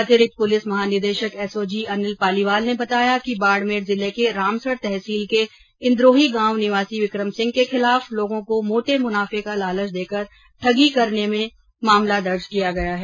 अतिरिक्त पुलिस महानिदेशक एसओजी अनिल पालीवाल ने बताया कि बाड़मेर जिले के रामसर तहसील के इन्द्रोही गांव निवासी विक्रमसिंह के खिलाफ लोगों को मोटे मुनाफे का लालच देकर ठगी करने में का मामला दर्ज किया गया है